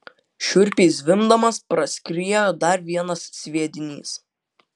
šiurpiai zvimbdamas praskriejo dar vienas sviedinys